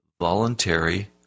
voluntary